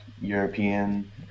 European